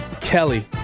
Kelly